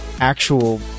Actual